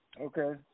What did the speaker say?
Okay